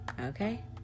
Okay